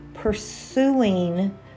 pursuing